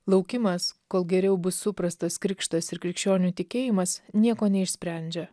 laukimas kol geriau bus suprastas krikštas ir krikščionių tikėjimas nieko neišsprendžia